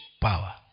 power